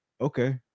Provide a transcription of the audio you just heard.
okay